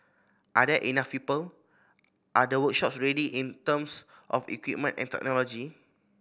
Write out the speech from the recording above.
are there enough people are the workshops ready in terms of equipment and technology